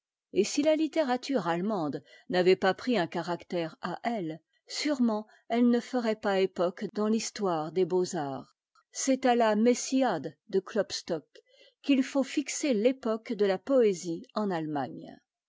et si la littérature allemande n'avait pas pris un caractère à elle sûrement elle ne ferait pas époque dans l'histoire des beaux-arts c'est à la memmi e de klopstock qu'il faut fixer l'époque de la poésie en allemagne